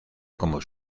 como